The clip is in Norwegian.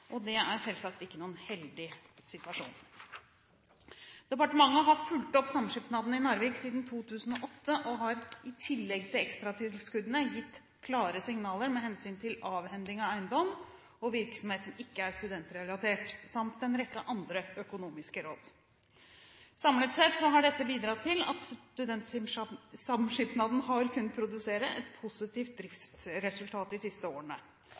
og det er selvsagt ikke noen heldig situasjon. Departementet har fulgt opp samskipnaden i Narvik siden 2008 og har, i tillegg til ekstratilskuddene, gitt klare signaler med hensyn til avhending av eiendom og virksomhet som ikke er studentrelatert, samt gitt en rekke andre økonomiske råd. Samlet sett har dette bidratt til at studentsamskipnaden har kunnet produsere et positivt driftsresultat de siste årene.